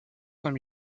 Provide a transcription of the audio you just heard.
saint